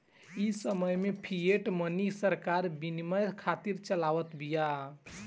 इ समय में फ़िएट मनी सरकार विनिमय खातिर चलावत बिया